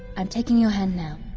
i'm taking your hand now,